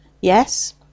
Yes